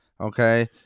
Okay